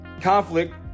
Conflict